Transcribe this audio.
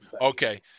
Okay